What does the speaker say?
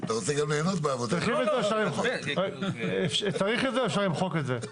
צריך את זה או שאפשר למחוק את זה?